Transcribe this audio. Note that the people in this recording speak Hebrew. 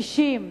קשישים,